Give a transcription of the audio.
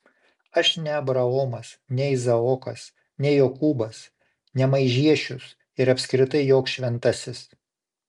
aš ne abraomas ne izaokas ne jokūbas ne maižiešius ir apskritai joks šventasis